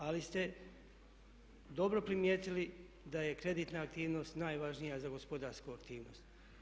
Ali ste dobro primijetili da je kreditna aktivnost najvažnija za gospodarsku aktivnost.